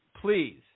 please